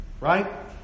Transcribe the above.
Right